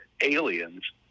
aliens